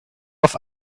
auf